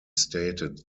stated